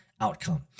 outcome